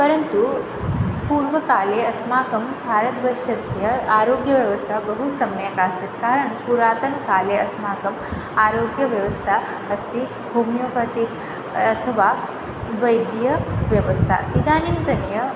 परन्तु पूर्वकाले अस्माकं भारतवर्षस्य आरोग्यव्यवस्था बहु सम्यक् आसीत् कारणं पुरातनकाले अस्माकम् आरोग्यव्यवस्था अस्ति होमियोपति अथवा वैद्यव्यवस्था इदानींतनीय